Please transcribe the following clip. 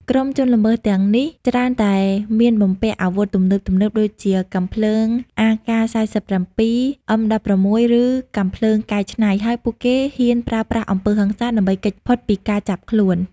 ក្រុមជនល្មើសទាំងនេះច្រើនតែ មានបំពាក់អាវុធទំនើបៗ ដូចជាកាំភ្លើង AK-47 M16 ឬកាំភ្លើងកែច្នៃ ហើយពួកគេហ៊ានប្រើប្រាស់អំពើហិង្សាដើម្បីគេចផុតពីការចាប់ខ្លួន។